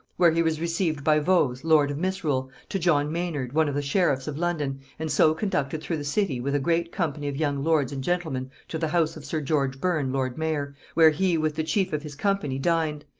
where he was received by vause, lord of misrule to john mainard, one of the sheriffs of london, and so conducted through the city with a great company of young lords and gentlemen to the house of sir george burne lord-mayor, where he with the chief of his company dined,